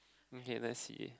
okay let's see